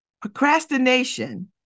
Procrastination